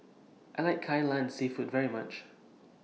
I like Kai Lan Seafood very much